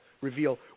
reveal